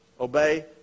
Obey